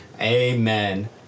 amen